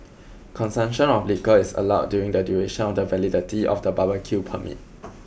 consumption of liquor is allowed during the duration of the validity of the barbecue permit